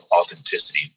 authenticity